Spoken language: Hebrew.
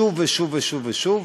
שוב ושוב ושוב ושוב.